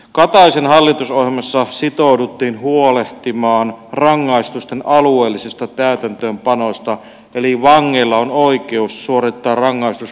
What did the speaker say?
kataisen hallitusohjelmassa sitouduttiin huolehtimaan rangaistusten alueellisesta täytäntöönpanosta eli vangeilla on oikeus suorittaa rangaistus kotiseudullaan